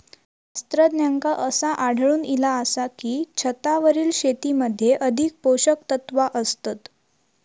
शास्त्रज्ञांका असा आढळून इला आसा की, छतावरील शेतीमध्ये अधिक पोषकतत्वा असतत